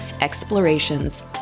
Explorations